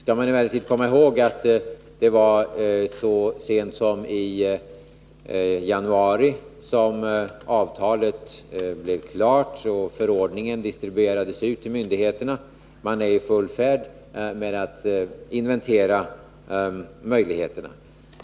Vi bör emellertid komma ihåg att det var så sent som i januari som avtalet blev klart och förordningen distribuerades ut till myndigheterna. Man är nu i full färd med att inventera möjligheterna.